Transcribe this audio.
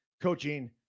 coaching